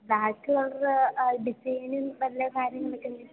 ബാഗിൽ ഉള്ള ഡിസൈനും കാര്യങ്ങളും